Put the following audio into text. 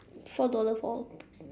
four dollars for